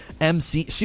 mc